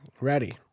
Ready